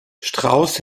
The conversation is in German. strauss